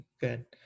good